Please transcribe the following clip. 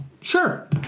Sure